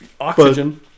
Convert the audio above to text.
oxygen